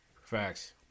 Facts